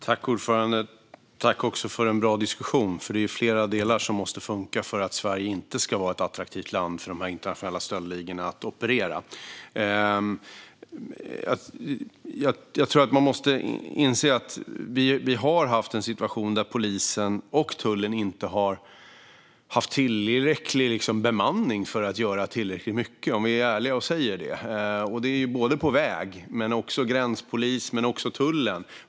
Fru talman! Jag tackar för en bra diskussion. Det är flera delar som måste funka för att Sverige inte ska vara ett attraktivt land för dessa internationella stöldligor att operera i. Jag tror att man måste inse att vi har haft en situation där polisen och tullen inte har haft tillräcklig bemanning för att göra tillräckligt mycket. Vi ska vara ärliga och säga det. Det gäller på vägarna, men det gäller också gränspolisen och tullen.